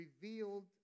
revealed